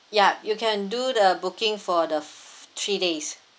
ya you can do the booking for the three days